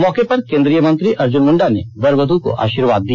मौके पर केंद्रीय मंत्री अर्जुन मुंडा ने वर वध् को आशीर्वाद दिया